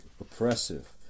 oppressive